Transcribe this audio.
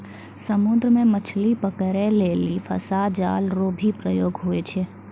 समुद्र मे मछली पकड़ै लेली फसा जाल रो भी प्रयोग हुवै छै